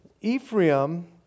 Ephraim